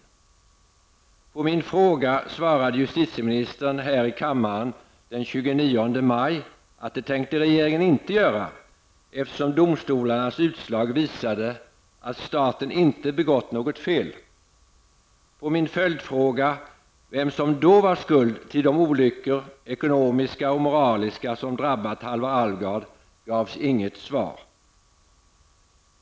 På min fråga svarade justitieministern här i kammaren den 29 maj att det tänkte regeringen inte göra, eftersom domstolarnas utslag visade att staten inte begått något fel. På min följdfråga, vem som då var skuld till de olyckor -- ekonomiska och moraliska -- som drabbat Halvar Alvgard gavs inget svar.